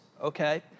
okay